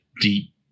deep